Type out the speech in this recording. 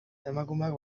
emakumeak